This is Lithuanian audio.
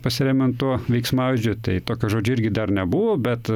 pasiremiant tuo veiksmažodžiu tai tokio žodžio irgi irgi dar nebuvo bet